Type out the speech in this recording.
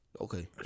Okay